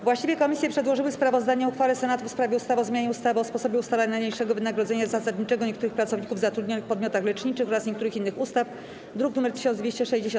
Właściwe komisje przedłożyły sprawozdanie o uchwale Senatu w sprawie ustawy o zmianie ustawy o sposobie ustalania najniższego wynagrodzenia zasadniczego niektórych pracowników zatrudnionych w podmiotach leczniczych oraz niektórych innych ustaw, druk nr 1260.